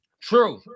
True